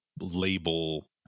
label